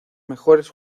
mejores